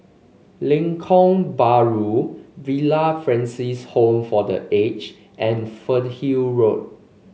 Lengkok Bahru Villa Francis Home for The Aged and Fernhill Road